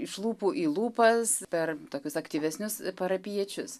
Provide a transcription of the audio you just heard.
iš lūpų į lūpas per tokius aktyvesnius parapijiečius